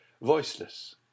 voiceless